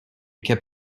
kept